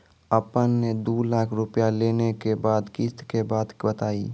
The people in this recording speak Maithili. आपन ने दू लाख रुपिया लेने के बाद किस्त के बात बतायी?